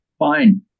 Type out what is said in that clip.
fine